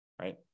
right